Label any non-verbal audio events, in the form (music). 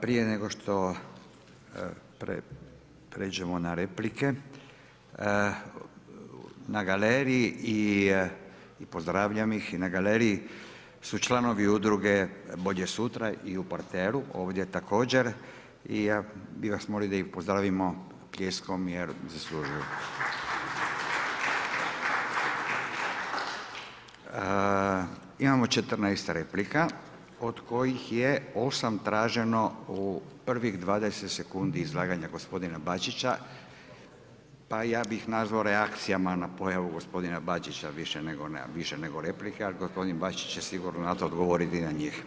Prije nego što pređemo na replike, na galeriji i pozdravljam ih na galeriji su članovi Udruge „Bolje sutra“ i u porteru ovdje također i ja bih vas zamolio da ih pozdravimo pljeskom jer zaslužuju. (applause) Imamo 14 replika od kojih je 8 traženo u prvih 20 sekundi izlaganja gospodina Bačića, pa ja bih nazvao reakcijama na pojavu gospodina Bačića više nego replike, ali gospodin Bačić će sigurno na to odgovoriti na njih.